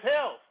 health